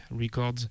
Records